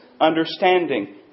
understanding